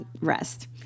rest